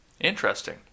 Interesting